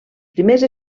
primers